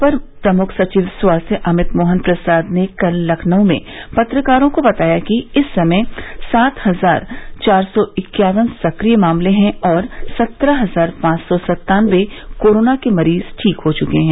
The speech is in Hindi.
अपर प्रमुख सचिव स्वास्थ्य अमित मोहन प्रसाद ने कल लखनऊ में पत्रकारों को बताया कि इस समय सात हजार चार सौ इक्यावन सक्रिय मामले हैं और सत्रह हजार पांच सौ सत्तानबे कोरोना के मरीज ठीक हो चुके हैं